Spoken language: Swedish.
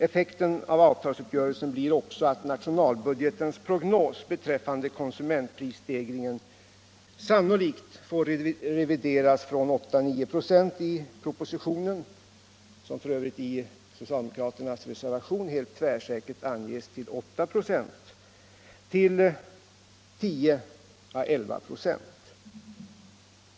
Effekten av avtalsuppgörelsen blir också att nationalbudgetens prognos beträffande konsumentprisstegringen sannolikt får revideras från 8-9 96 enligt propositionen — den anges f.ö. i den socialdemokratiska reservationen nr 2 A helt tvärsäkert till 89 — till 10 å 1196.